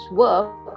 work